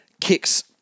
kicks